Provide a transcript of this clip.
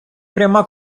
пряма